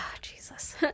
Jesus